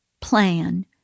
Plan